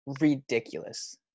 ridiculous